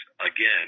again